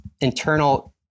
Internal